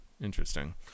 interesting